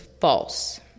false